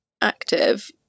active